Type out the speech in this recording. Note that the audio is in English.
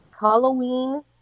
Halloween